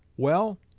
well,